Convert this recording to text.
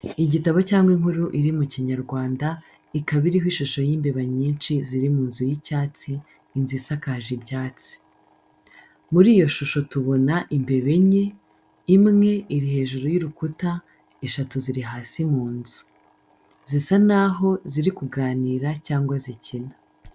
Igitabo cyangwa inkuru iri mu Kinyarwanda, ikaba iriho ishusho y’imbeba nyinshi ziri mu nzu y’icyatsi, inzu isakaje ibyatsi. Muri iyo shusho tubona imbeba enye: imwe iri hejuru y’urukuta, eshatu ziri hasi mu nzu. Zisa naho ziri kuganira cyangwa zikina.